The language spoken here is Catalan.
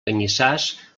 canyissars